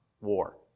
war